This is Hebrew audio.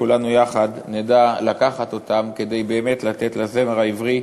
כולנו נדע יחד לקחת אותם כדי באמת לתת לזמר העברי,